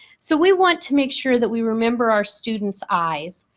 so, we want to make sure that we remember our students eyes.